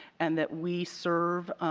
and that we serve